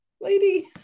lady